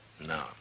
No